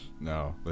No